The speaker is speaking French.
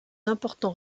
important